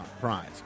prize